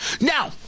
now